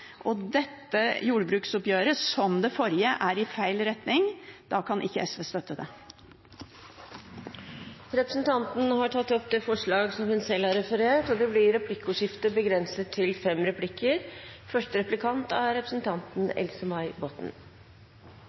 ryggraden. Dette jordbruksoppgjøret, som det forrige, går i feil retning. Da kan ikke SV støtte det. Representanten Karin Andersen har tatt opp de forslagene hun refererte til. Det blir replikkordskifte. Representanten fra SV er